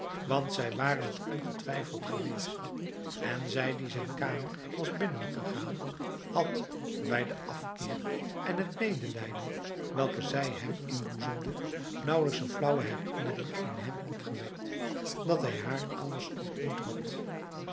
want zij waren t ongetwijfeld geweest en zij die zijn kamer was binnengegaan had bij den afkeer en het medelijden welke zij hem inboezemde nauwelijks een flauwe herinnering in hem opgewekt dat hij haar elders ontmoet had